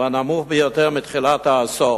והוא הנמוך ביותר מתחילת העשור.